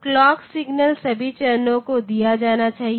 clock signal सभी चरणों को दिया जाना चाहिए